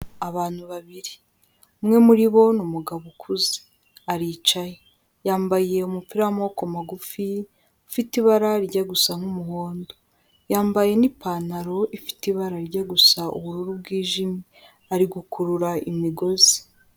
Abantu babiri umwe muri bo ni umugabo ukuze aricaye, yambaye umupira w'amaboko magufi ufite ibara rijya gusa nk'umuhondo, yambaye n'ipantaro ifite ibara rijya gusa ubururu bwijimye ari gukurura imigozi.